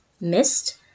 missed